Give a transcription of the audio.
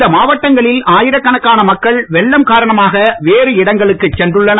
இந்த மாவட்டங்களில் ஆயிர கணக்கான மக்கள் வெள்ளம் காரணமாக வேறு இடங்களுக்குச் சென்றுள்ளனர்